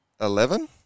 eleven